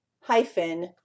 hyphen